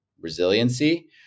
resiliency